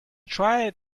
tried